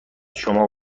شما